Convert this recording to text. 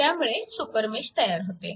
त्यामुळे सुपरमेश तयार होते